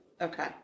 Okay